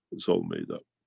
it's all made up.